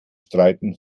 streiten